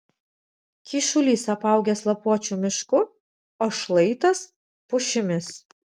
kyšulys apaugęs lapuočių mišku o šlaitas pušimis